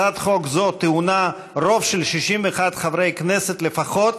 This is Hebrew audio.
הצעת חוק זו טעונה רוב של 61 חברי כנסת לפחות,